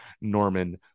Norman